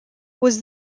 was